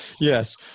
Yes